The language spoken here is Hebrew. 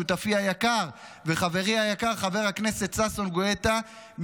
שותפי היקר וחברי היקר חבר הכנסת ששון גואטה.